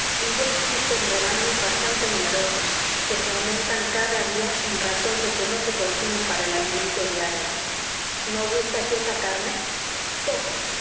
y ya existen rebaños bastante numerosos que se aumentan cada día en razón de que no se consumen para el alimento diario no gusta aquí esa carne poco